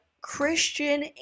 Christian